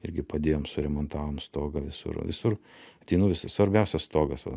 irgi padėjom suremontavom stogą visur visur ateinu visų svarbiausia stogas va